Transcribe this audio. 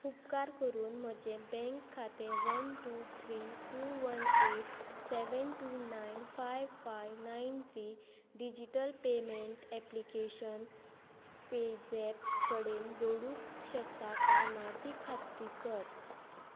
उपकार करून म्हजें बँक खातें one two three two one eight seven two nine five five nine three digital payment application PayZapp कडेन जोडूंक शकता काय ना ती खात्री कर